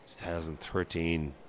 2013